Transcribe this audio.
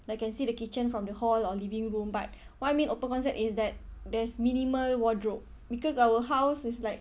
like can see the kitchen from the hall or living room but what I mean open concept is that there's minimal wardrobe because our house is like